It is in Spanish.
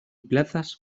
plazas